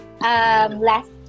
last